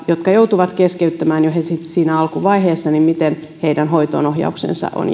jotka joutuvat keskeyttämään jo siinä alkuvaiheessa hoitoonohjaus on